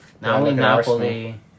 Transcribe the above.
Napoli